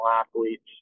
athletes